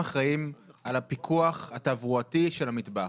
אתם אחראים על הפיקוח התברואתי של המטבח,